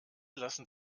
lassen